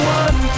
one